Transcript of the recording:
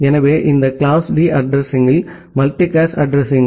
எனவே இந்த class D அட்ரஸிங்கள் மல்டிகாஸ்ட் அட்ரஸிங்கள்